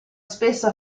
spesso